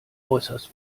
äußerst